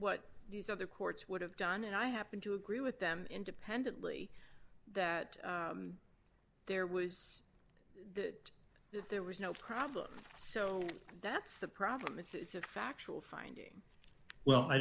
what these other courts would have done and i happen to agree with them independently that there was that there was no problem so that's the problem it's a factual finding well i